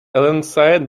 alongside